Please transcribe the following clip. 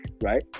right